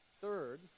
Third